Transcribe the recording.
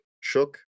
shook